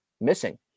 missing